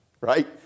right